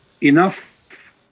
enough